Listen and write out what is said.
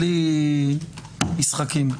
בלי משחקים.